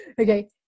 Okay